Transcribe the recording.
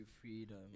freedom